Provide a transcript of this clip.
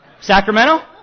Sacramento